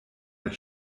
mit